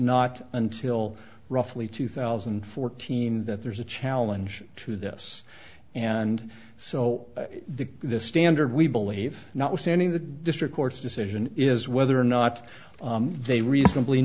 not until roughly two thousand and fourteen that there's a challenge to this and so the standard we believe notwithstanding the district court's decision is whether or not they reasonably